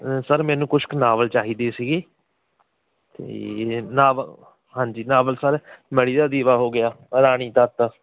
sir ਮੈਨੂੰ ਕੁਛ ਕੁ ਨਾਵਲ ਚਾਹੀਦੇ ਸੀਗੇ ਅਤੇ ਨਾਵ ਹਾਂਜੀ ਨਾਵਲ ਸਰ ਮੜੀ ਦਾ ਦੀਵਾ ਹੋ ਗਿਆ ਰਾਣੀ ਤੱਤ